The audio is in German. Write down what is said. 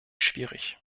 schwierig